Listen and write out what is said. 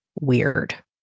weird